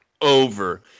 over